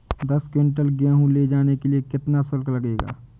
दस कुंटल गेहूँ ले जाने के लिए कितना शुल्क लगेगा?